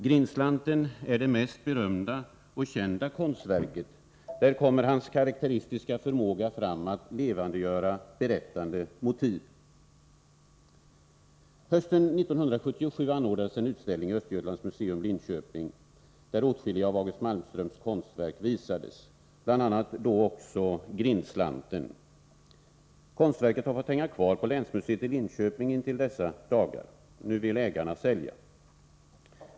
Grindslanten är det mest berömda och kända konstverket av August Malmström. Här kommer hans karakteristiska förmåga fram att levandegöra berättande motiv. Hösten 1977 anordnades en utställning i Östergötlands museum i Linköping, där åtskilliga av August Malmströms konstverk visades, bl.a. då också Grindslanten. Konstverket har fått hänga kvar på länsmuseet i Linköping intill dessa dagar. Nu vill ägarna sälja.